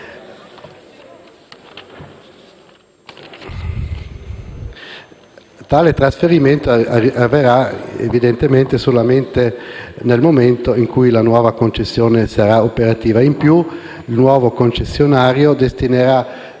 Tale trasferimento avverrà evidentemente solo nel momento in cui la nuova concessione sarà operativa. In più, il nuovo concessionario destinerà